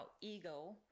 ego